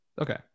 Okay